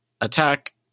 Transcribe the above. attack